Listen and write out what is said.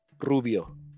Rubio